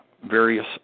various